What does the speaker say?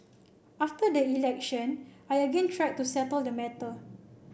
after the election I again tried to settle the matter